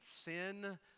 sin